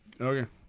Okay